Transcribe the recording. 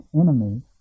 enemies